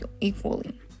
equally